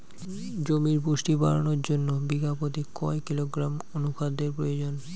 জমির পুষ্টি বাড়ানোর জন্য বিঘা প্রতি কয় কিলোগ্রাম অণু খাদ্যের প্রয়োজন?